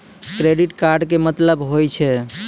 Credit card के मतलब होय छै?